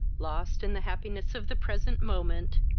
lost, in the happiness of the present moment,